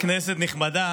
כנסת נכבדה,